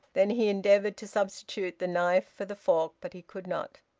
then he endeavoured to substitute the knife for the fork, but he could not.